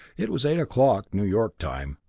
it was eight o'clock, new york time,